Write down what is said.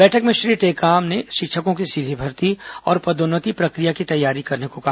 बैठक में श्री टेकाम ने शिक्षकों की सीधी भर्ती और पदोन्नति प्रक्रिया की तैयारी करने को कहा